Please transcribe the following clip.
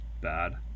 bad